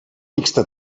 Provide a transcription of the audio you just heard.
mixta